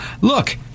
look